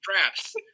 traps